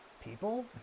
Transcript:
people